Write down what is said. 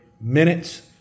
minutes